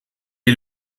est